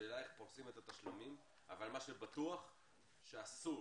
השאלה איך פורסים את התשלומים אבל מה שבטוח זה שאסור